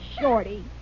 Shorty